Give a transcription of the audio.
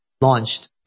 launched